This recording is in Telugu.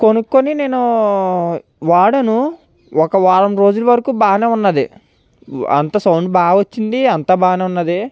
కొనుక్కొని నేను వాడాను ఒక వారం రోజుల వరకు బాగానే ఉన్నది అంతా సౌండ్ బాగా వచ్చింది అంతా బాగానేవున్నది